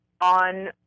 on